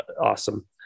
awesome